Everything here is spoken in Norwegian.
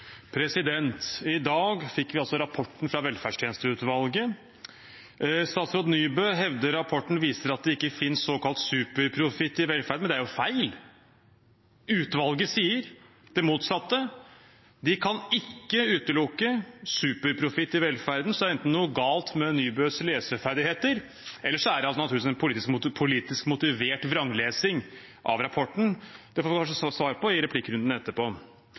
I dag fikk vi altså rapporten fra velferdstjenesteutvalget. Statsråd Nybø hevder rapporten viser at det ikke finnes såkalt superprofitt i velferden, men det er jo feil. Utvalget sier det motsatte: De kan ikke utelukke superprofitt i velferden. Enten er det noe galt med Nybøs leseferdigheter, eller så er det en politisk motivert vranglesing av rapporten. Det får vi kanskje svar på i replikkrunden etterpå.